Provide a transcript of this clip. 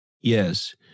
yes